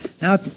Now